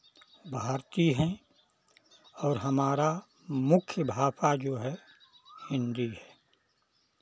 भारतीय हैं और हमारा मुख्य भाषा जो है हिन्दी है